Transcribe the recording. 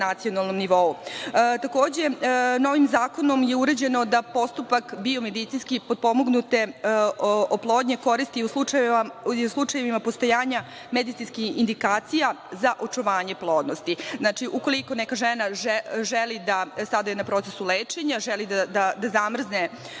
nivou. Takođe, novim zakonom je uređeno da postupak biomedicinski potpomognute oplodnje koristi u slučajevima postojanje medicinskih indikacija za očuvanje plodnosti. Znači, ukoliko neka žena koja je sa da na procesu lečenja želi da zamrzne svoju